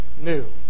new